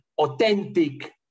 Authentic